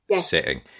setting